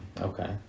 Okay